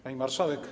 Pani Marszałek!